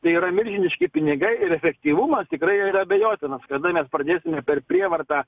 tai yra milžiniški pinigai ir efektyvumas tikrai yra abejotinas kada mes pradėsime per prievartą